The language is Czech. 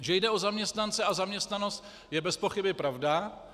Že jde o zaměstnance a zaměstnanost, je bezpochyby pravda.